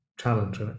challenge